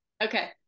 okay